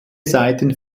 seiten